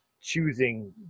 choosing